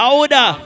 Auda